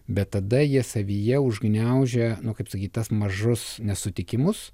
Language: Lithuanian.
bet tada jie savyje užgniaužia nu kaip sakyt mažus nesutikimus